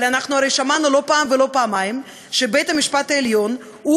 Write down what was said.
אבל אנחנו הרי שמענו לא פעם ולא פעמיים שבית-המשפט העליון הוא